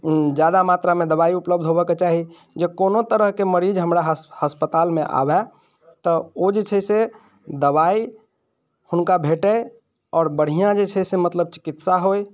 जादा मात्रामे दबाइ उपलब्ध होबऽके चाही जे कोनो तरहके मरीज हमरा हस अस्पतालमे आबै तऽ ओ जे छै से दबाइ हुनका भेटै आओर बढ़िआँ जे छै से मतलब चिकित्सा होइ